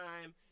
time